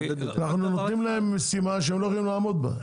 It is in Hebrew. אנחנו נותנים להם משימה שהם לא יכולים לעמוד בה.